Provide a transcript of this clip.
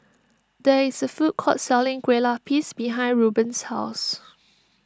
there is a food court selling Kue Lupis behind Reuben's house